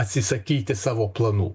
atsisakyti savo planų